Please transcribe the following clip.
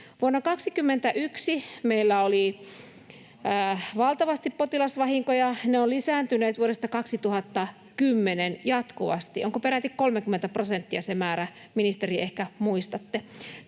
Vuonna 21 meillä oli valtavasti potilasvahinkoja. Ne ovat lisääntyneet vuodesta 2010 jatkuvasti, onko peräti 30 prosenttia se määrä — ministeri, ehkä muistatte.